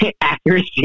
accuracy